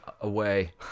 away